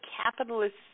capitalist